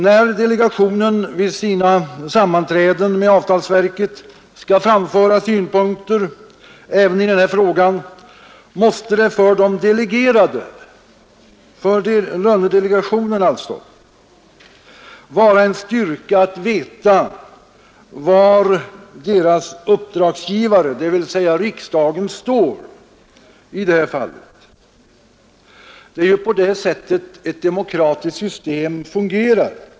När delegationen vid sina sammanträden med avtalsverket skall framföra synpunkter även i denna fråga måste det för de delegerade — för lönedelegationen alltså — vara en styrka att veta var deras uppdragsgivare, dvs. riksdagen, står i det här fallet. Det är ju på det sättet ett demokratiskt system fungerar.